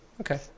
Okay